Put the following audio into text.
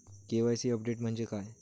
KYC update म्हणजे काय?